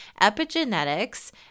Epigenetics